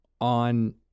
on